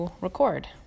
record